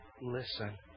Listen